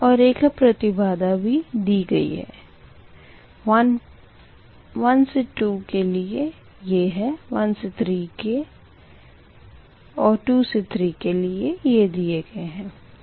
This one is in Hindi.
और रेखा प्रतिबाधा भी दी गयी है 1 2 के लिए यह है 1 3 और 2 3 के लिए यह दिये गये है